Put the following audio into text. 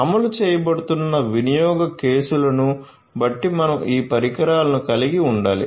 అమలు చేయబడుతున్న వినియోగ కేసులను బట్టి మనం ఈ పరికరాలను కలిగి ఉండాలి